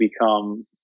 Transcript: become